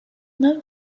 known